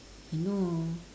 I know